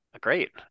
great